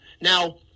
Now